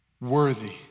worthy